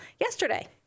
yesterday